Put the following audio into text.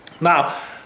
Now